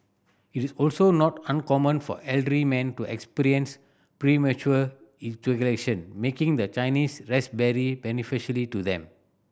it is also not uncommon for elderly men to experience premature ejaculation making the Chinese raspberry beneficially to them